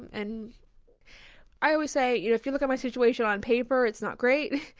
and i always say you know if you looked at my situation on paper, it's not great.